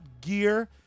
gear